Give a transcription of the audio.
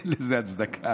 אין לזה הצדקה.